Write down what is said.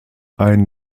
ein